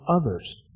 others